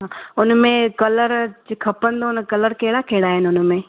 उनमें कलर खपंदो कलर कहिड़ा कहिड़ा आहिनि उनमें